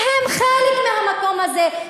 והם חלק מהמקום הזה,